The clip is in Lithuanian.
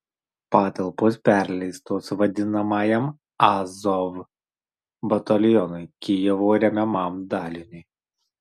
patalpos perleistos vadinamajam azov batalionui kijevo remiamam daliniui